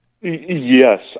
Yes